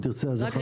אם תרצה אז אחריי.